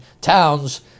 Towns